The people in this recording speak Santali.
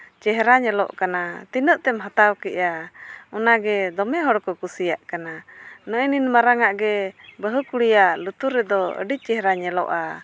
ᱪᱮᱦᱨᱟ ᱧᱮᱞᱚᱜ ᱠᱟᱱᱟ ᱛᱤᱱᱟᱹᱜ ᱛᱮᱢ ᱦᱟᱛᱟᱣ ᱠᱮᱜᱼᱟ ᱚᱱᱟᱜᱮ ᱫᱚᱢᱮ ᱦᱚᱲ ᱠᱚ ᱠᱩᱥᱤᱭᱟᱜ ᱠᱟᱱᱟ ᱱᱮᱜᱼᱮ ᱱᱤᱱ ᱢᱟᱨᱟᱝ ᱟᱜ ᱜᱮ ᱵᱟᱹᱦᱩ ᱠᱩᱲᱤᱭᱟᱜ ᱞᱩᱛᱩᱨ ᱨᱮᱫᱚ ᱟᱹᱰᱤ ᱪᱮᱦᱨᱟ ᱧᱮᱞᱚᱜᱼᱟ